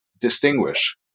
distinguish